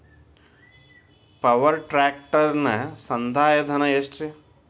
Power track ಟ್ರ್ಯಾಕ್ಟರನ ಸಂದಾಯ ಧನ ಎಷ್ಟ್ ರಿ?